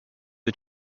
que